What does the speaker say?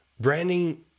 Branding